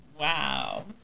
Wow